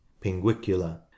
Pinguicula